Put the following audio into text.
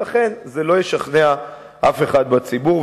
ולכן זה לא ישכנע אף אחד מהציבור,